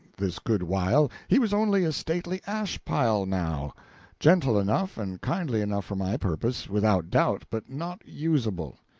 this good while, he was only a stately ash-pile now gentle enough, and kindly enough for my purpose, without doubt, but not usable.